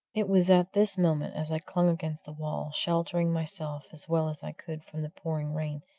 it was at this moment, as i clung against the wall, sheltering myself as well as i could from the pouring rain,